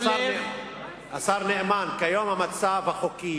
השר נאמן, המצב החוקי,